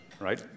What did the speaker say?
right